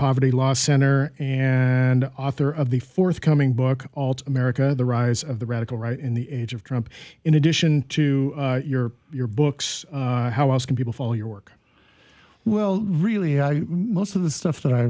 poverty law center and author of the forthcoming book america the rise of the radical right in the age of trump in addition to your your books how else can people follow your work well really most of the stuff that i